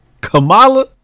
Kamala